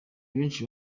benshi